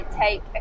take